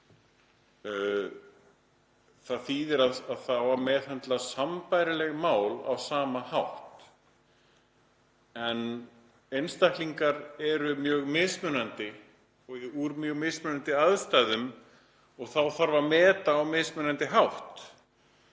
Það þýðir að það á að meðhöndla sambærileg mál á sama hátt en einstaklingar eru mjög mismunandi og úr mjög mismunandi aðstæðum og þá þarf að meta á mismunandi hátt.